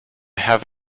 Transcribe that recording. have